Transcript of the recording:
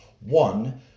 one